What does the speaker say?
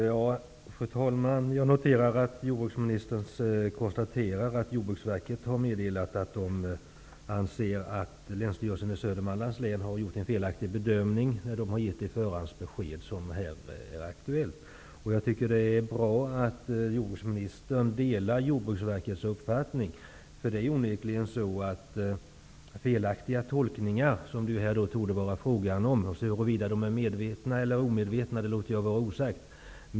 Fru talman! Jag noterar att jordbruksministern konstaterar att Jordbruksverket har meddelat att man anser att Länsstyrelsen i Södermanlands län har gjort en felaktigt bedömning när den har har gett det förhandsbesked som här är aktuellt. Jag tycker att det är bra att jordbruksministern delar Jordbruksverkets uppfattning. Det torde vara fråga om en felaktig tolkning, men huruvida den är medveten eller omedveten låter jag vara osagt.